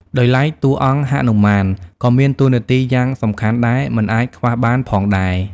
ដោយឡែកតួអង្គហនុមាន ក៏មានតួរនាទីយ៉ាងសំខាន់ដែរមិនអាចខ្វះបានផងដែរ ។